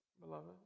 beloved